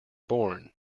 born